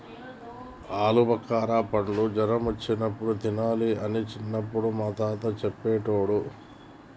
ఆల్బుకార పండ్లు జ్వరం వచ్చినప్పుడు తినాలి అని చిన్నపుడు మా తాత చెప్పేటోడు